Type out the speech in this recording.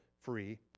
free